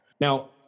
Now